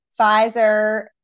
Pfizer